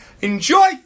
Enjoy